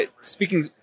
speaking